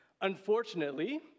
Unfortunately